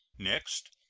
next,